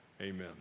Amen